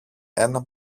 ένα